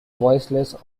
voiceless